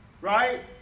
right